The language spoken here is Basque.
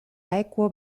aequo